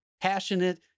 passionate